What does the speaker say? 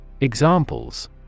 Examples